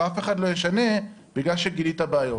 אבל אף אחד לא ישנה בגלל שגילית בעיות.